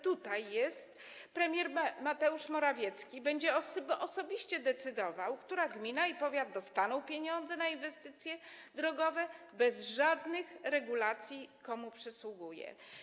Tutaj jest premier Mateusz Morawiecki i będzie osobiście decydował, która gmina, który powiat dostanie pieniądze na inwestycje drogowe, bez żadnych regulacji co do tego, komu to przysługuje.